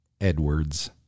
Edwards